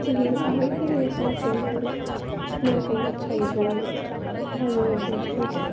இங்கே நிறைய பேர் விவசாயம் செய்கிறதில்ல மண்ணில் கை வச்சால் இது அது அப்படின்னு சொல்லிவிட்டு